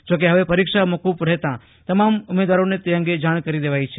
જો કે હવે પરીક્ષા મોકૂફ રહેતાં તમામ ઉમેદવારોને તે અંગે જાણ કરી દેવાઈ છે